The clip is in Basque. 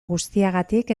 guztiagatik